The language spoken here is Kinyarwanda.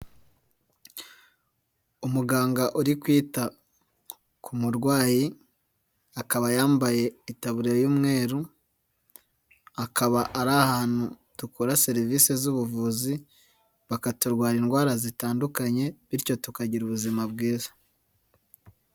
Umuganga uri kwita ku murwayi, akaba yambaye itaburiya y'umweru, akaba ari ahantu dukura serivisi z'ubuvuzi, bakaturwara indwara zitandukanye bityo tukagira ubuzima bwiza.